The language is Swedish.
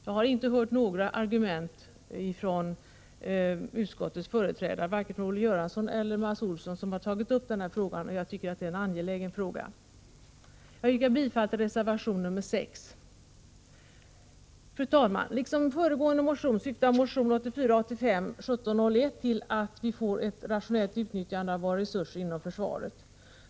Jag har inte hört några argument från utskottets företrädare, varken från Olle Göransson eller från Mats Olsson som har tagit upp denna enligt min mening angelägna fråga. Jag yrkar bifall till reservation nr 6. Fru talman! Liksom föregående motion syftar motion 1984/85:1701 till ett rationellt utnyttjande av våra resurser inom försvaret.